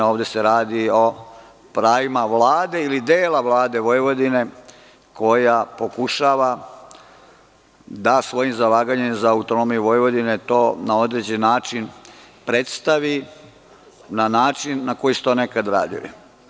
Ovde se radi o pravima Vlade ili dela Vlade Vojvodine koja pokušava da svojim zalaganjem za autonomiju Vojvodine to na određen način predstavi na način na koji se to nekada radilo.